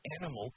animal